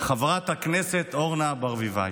חברת הכנסת אורנה ברביבאי,